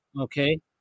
Okay